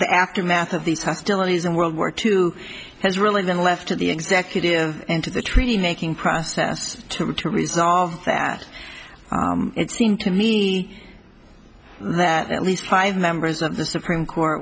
the aftermath of these hostilities and world war two has really been left to the executive and to the treaty making process to to resolve that it seemed to me that at least five members of the supreme court